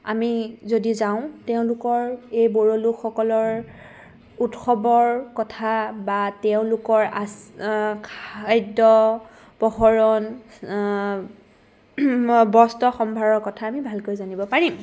আমি যদি যাওঁ তেওঁলোকৰ এই বড়ো লোকসকলৰ উৎসৱৰ কথা বা তেওঁলোকৰ বা খাদ্য প্ৰকৰণ বস্ত্ৰ সম্ভাৰৰ কথা আমি ভালকৈ জানিব পাৰিম